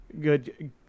good